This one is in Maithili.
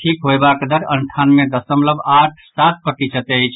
ठीक होयबाक दर अंठानवे दशमलव आठ सात प्रतिशत अछि